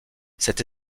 cette